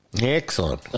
Excellent